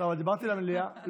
לא, דיברתי על המליאה.